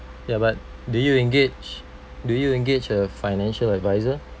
ya but do you engage do you engage a financial advisor